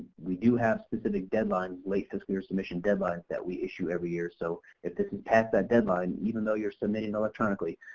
we do have specific deadlines, late fiscal year submission deadlines that we issue every year. so if this is past that deadline even though you're submitting electronically,